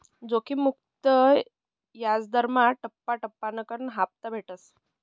जोखिम मुक्त याजदरमा टप्पा टप्पाकन हापता भेटस